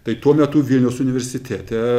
tai tuo metu vilniaus universitete